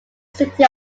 city